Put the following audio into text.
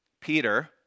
Peter